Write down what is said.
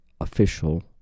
official